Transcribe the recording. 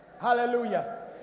Hallelujah